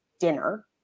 dinner